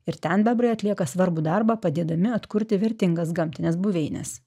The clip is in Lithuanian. ir ten bebrai atlieka svarbų darbą padėdami atkurti vertingas gamtines buveines